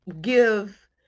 give